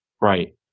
Right